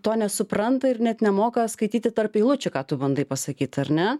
to nesupranta ir net nemoka skaityti tarp eilučių ką tu bandai pasakyt ar ne